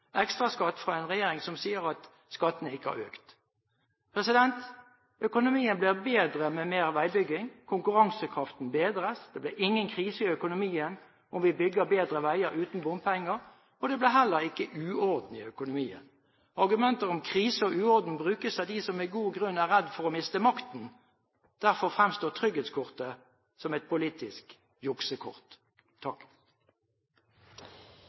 ekstraskatt fra en regjering som sier at skattene ikke har økt. Økonomien blir bedre med mer veibygging. Konkurransekraften bedres. Det blir ingen krise i økonomien om vi bygger bedre veier uten bompenger, og det blir heller ikke uorden i økonomien. Argumenter om krise og uorden brukes av dem som med god grunn er redde for å miste makten. Derfor fremstår «Trygghetskortet» som et politisk juksekort.